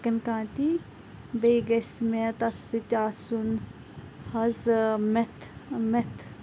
chicken کانتی بیٚیہِ گژھِ مےٚ تَتھ سۭتۍ آسُن حظ مٮ۪تھ مٮ۪تھ